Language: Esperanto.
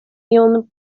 ion